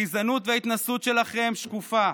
הגזענות וההתנשאות שלכם שקופות.